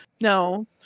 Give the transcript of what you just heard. no